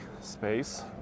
space